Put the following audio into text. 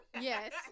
Yes